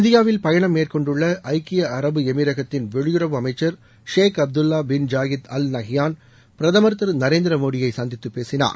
இந்தியாவில் பயணம் மேற்கொண்டுள்ள ஐக்கிய அரபு எமிரகத்தின் வெளியுறவு அமைச்சர் Sheikh Abdullah bin Zayed Al Nahyan பிரதமர் திரு நரேந்திர மோடியை சந்தித்து பேசினார்